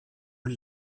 und